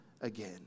again